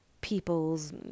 people's